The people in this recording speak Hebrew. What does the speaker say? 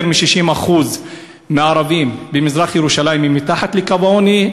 מ-60% מהערבים במזרח-ירושלים הם מתחת לקו העוני.